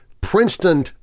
Princeton